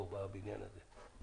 פה בבניין הזה.